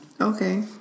Okay